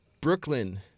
Brooklyn